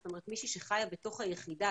זאת אומרת מישהי שחיה בתוך היחידה,